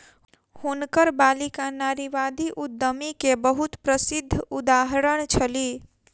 हुनकर बालिका नारीवादी उद्यमी के बहुत प्रसिद्ध उदाहरण छली